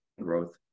growth